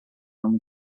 only